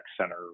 center